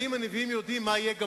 האם הנביאים יודעים מה יהיה בארץ?